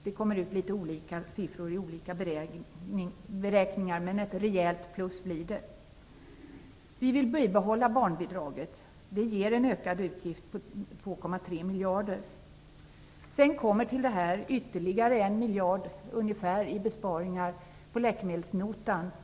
Siffrorna blir litet olika i olika beräkningar, men det blir ett rejält plus. Vi vill bibehålla barnbidraget. Det ger en ökad utgift på 2,3 miljarder. Till detta kommer ytterligare ungefär 1 miljard i besparingar på läkemedelsnotan.